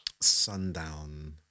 sundown